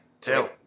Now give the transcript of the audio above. Two